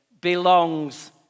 belongs